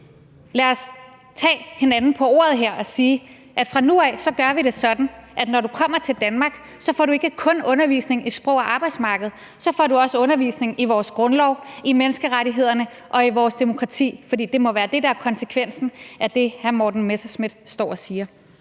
Lad os tage hinanden på ordet her og sige, at fra nu af gør vi det sådan, at når du kommer til Danmark, så får du ikke kun undervisning i sprog og arbejdsmarked; så får du også undervisning i vores grundlov, i menneskerettighederne og i vores demokrati. For det må være det, der er konsekvensen af det, hr. Morten Messerschmidt står og siger.